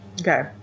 Okay